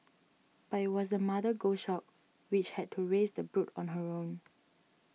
but it was the mother goshawk which had to raise the brood on her own